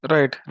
Right